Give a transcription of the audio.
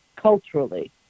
culturally